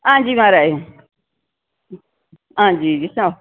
हां जी महाराज हां जी जी सनाओ